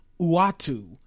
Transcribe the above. Uatu